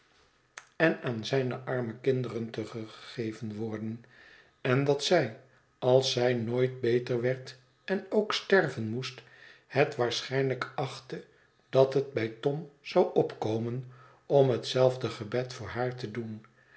en aan zijne arme kinderen teruggegeven worden en dat zij als zij nooit beter werd en ook sterven moest het waarschijnlijk achtte dat het bij tom zou opkomen om hetzelfde gebed voor haar te doen